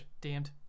damned